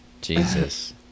Jesus